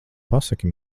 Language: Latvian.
pasaki